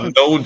no